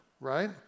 right